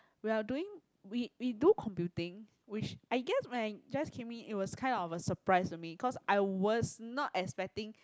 we are doing we we do computing which I guessed when I just came in it was kind of a surprise to me cause I was not expecting